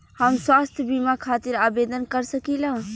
हम स्वास्थ्य बीमा खातिर आवेदन कर सकीला?